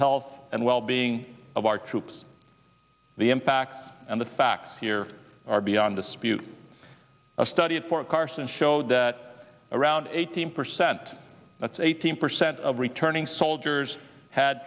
health and well being of our troops the impact and the fact here are beyond dispute a study at fort carson showed that around eighteen percent that's eighteen percent of returning soldiers had